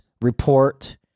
report